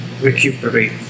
recuperate